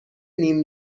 نیم